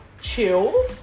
chill